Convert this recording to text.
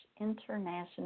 International